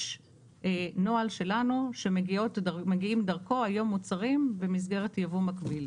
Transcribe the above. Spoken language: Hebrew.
יש נוהל שלנו שהיום מגיעים דרכו מוצרים במסגרת יבוא מקביל.